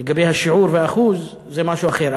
לגבי השיעור והאחוז זה משהו אחר,